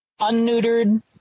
unneutered